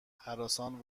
هراسان